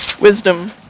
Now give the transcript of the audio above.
Wisdom